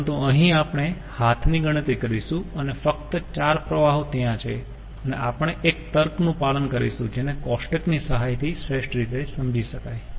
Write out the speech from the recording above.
પરંતુ અહીં આપણે હાથની ગણતરી કરીશું અને ફક્ત ચાર પ્રવાહો ત્યાં છે અને આપણે એક તર્ક નું પાલન કરીશું જેને કોષ્ટક ની સહાયથી શ્રેષ્ઠ રીતે સમજી શકાય